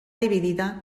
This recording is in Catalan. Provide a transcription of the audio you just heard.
dividida